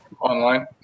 online